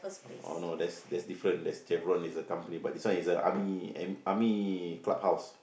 oh no that's that's different that's Chervon is a company but this one is a army am army clubhouse